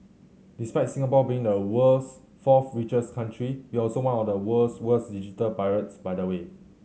despite Singapore being the world's fourth richest country we're also one of the world's worst digital pirates by the way